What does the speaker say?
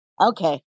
Okay